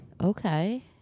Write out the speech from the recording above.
Okay